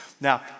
Now